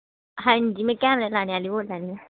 हांजी मे केमरे लाने आह्ली बोलानी ऐ